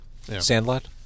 Sandlot